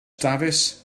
dafis